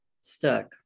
stuck